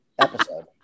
episode